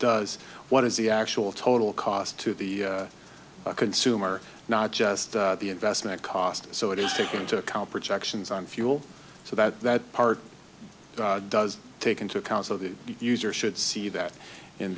does what is the actual total cost to the consumer not just the investment cost so it is taking into account projections on fuel so that that part does take into account so the user should see that in